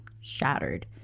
shattered